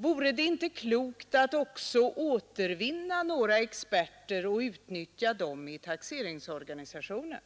Vore det inte klokt att också återvinna några experter och utnyttja dem i taxeringsorganisationen?